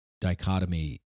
dichotomy